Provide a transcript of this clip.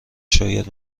شاید